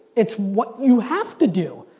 it's what you have to do.